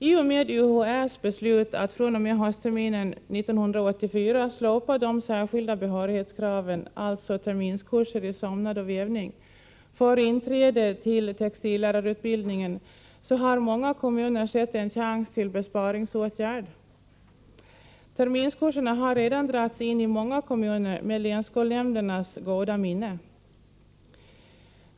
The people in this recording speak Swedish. I och med UHÄ:s beslut att fr.o.m. höstterminen 1984 slopa de särskilda behörighetskraven, alltså kraven på terminskurser i sömnad och vänniag, för inträde till textillärarutbildningen, har många kommuner sett en :"..> till besparingsåtgärder. Terminskurserna har redan dragits in i många «.vmuner, med länsskolnämndernas goda minne.